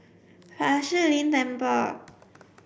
Fa Shi Lin Temple